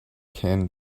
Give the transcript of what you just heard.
can